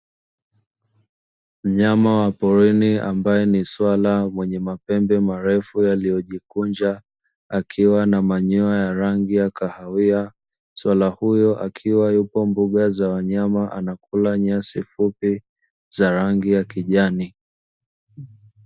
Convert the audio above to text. Mnyama wa porini ambaye ni swala mwenye mapembe marefu yaliyojokunja, akiwa na manyoya ya rangi ya kahawia; swala huyo akiwa yuko mbuga za wanyama anakula nyasi fupi za rangi ya kijani.